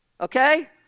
Okay